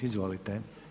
Izvolite.